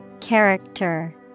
Character